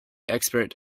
expert